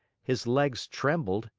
his legs trembled,